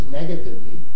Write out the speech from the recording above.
negatively